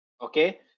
Okay